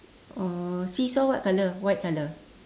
uh seesaw what colour white colour